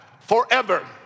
forever